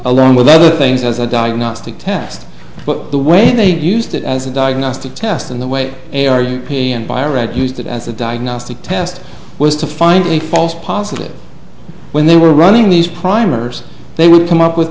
along with other things as a diagnostic test but the way they used it as a diagnostic test and the way they are you and by read used it as a diagnostic test was to find a false positive when they were running these primers they would come up with